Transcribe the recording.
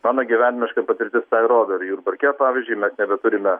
mano gyvenimiška patirtis rodo ir jurbarke pavyzdžiui mes nebeturime